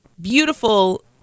beautiful